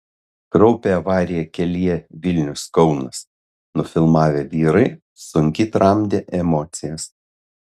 kraupią avariją kelyje vilnius kaunas nufilmavę vyrai sunkiai tramdė emocijas